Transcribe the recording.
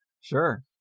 sure